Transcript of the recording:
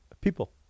people